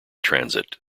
transit